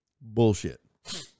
bullshit